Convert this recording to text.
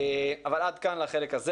עד כאן לחלק זה.